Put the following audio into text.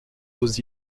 aux